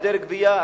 היעדר גבייה,